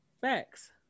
Facts